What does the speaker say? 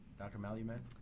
dr. malumed?